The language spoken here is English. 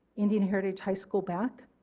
indian heritage high school back.